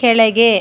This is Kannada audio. ಕೆಳಗೆ